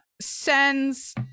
sends